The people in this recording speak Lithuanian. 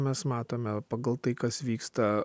mes matome pagal tai kas vyksta